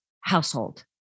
household